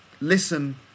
listen